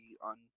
on